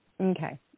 Okay